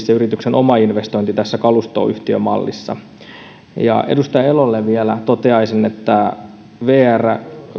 se yrityksen oma investointi ei toteudu tässä kalustoyhtiömallissa edustaja elolle vielä toteaisin että vrn